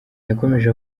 yakomeje